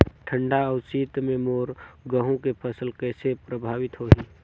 ठंडा अउ शीत मे मोर गहूं के फसल कइसे प्रभावित होही?